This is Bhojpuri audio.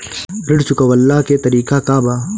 ऋण चुकव्ला के तरीका का बा?